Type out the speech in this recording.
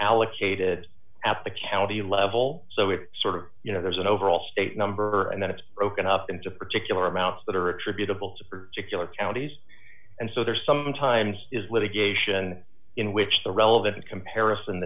allocated at the county level so it sort of you know there's an overall state number and then it's broken up into particular amounts that are attributable to particular counties and so there's sometimes is litigation in which the relevant comparison